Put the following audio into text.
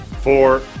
four